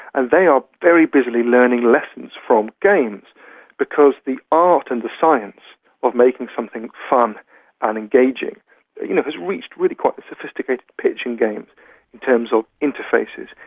and they are very busily learning lessons from games because the art and the science of making something fun and engaging you know has reached really quite a sophisticated pitch in games in terms of interfaces,